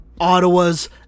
Ottawa's